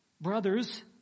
brothers